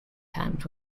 times